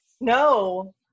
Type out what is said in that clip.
No